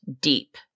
deep